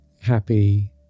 happy